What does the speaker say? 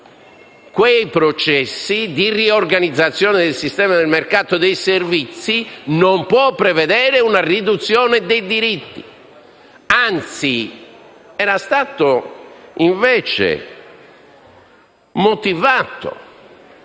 quei processi di riorganizzazione del sistema del mercato dei servizi non prevedano una riduzione dei diritti. Anzi, essi erano stati motivati